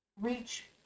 reach